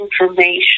information